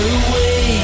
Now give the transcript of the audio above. away